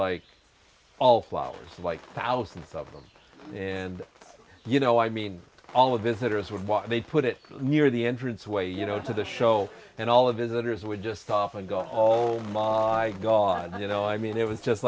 like all flowers like thousands of them and you know i mean all of visitors would walk they'd put it near the entrance way you know to the show and all of visitors would just stop and go oh my gawd you know i mean it was just